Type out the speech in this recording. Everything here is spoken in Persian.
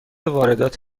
واردات